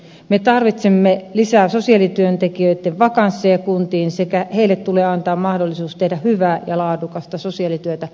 me tarvitsemme lisää sosiaalityöntekijöitten vakansseja kuntiin ja heille tulee antaa mahdollisuus tehdä hyvää ja laadukasta sosiaalityötä